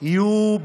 עוד תהיינה